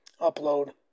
upload